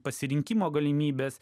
pasirinkimo galimybės